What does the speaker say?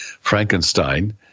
Frankenstein